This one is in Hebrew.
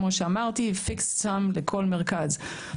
כמו שאמרתי fixed sum לכל מרכז.